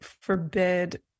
forbid